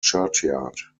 churchyard